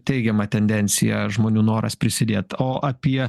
teigiama tendencija žmonių noras prisidėt o apie